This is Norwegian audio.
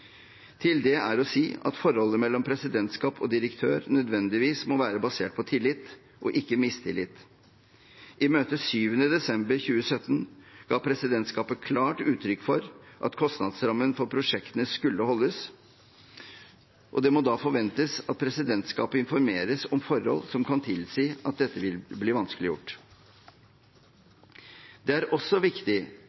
Til det er det å si at forholdet mellom presidentskap og direktør nødvendigvis må være basert på tillit, og ikke mistillit. I møtet 7. desember 2017 ga presidentskapet klart uttrykk for at kostnadsrammen for prosjektene skulle holdes. Det må da forventes at presidentskapet informeres om forhold som kan tilsi at dette vil bli vanskeliggjort.